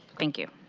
thank you.